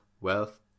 wealth